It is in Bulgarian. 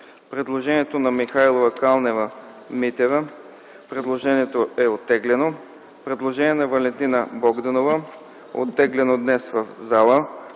предложение на Михайлова и Калнева-Митева, което е оттеглено. Предложение на Валентина Богданова – оттеглено днес в залата.